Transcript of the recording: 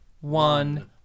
one